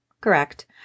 Correct